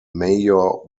mayor